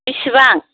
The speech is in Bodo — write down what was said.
बेसेबां